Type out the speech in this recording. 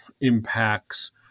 impacts